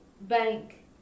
bank